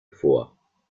vor